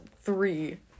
three